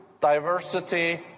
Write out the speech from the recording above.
diversity